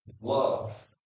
love